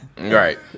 Right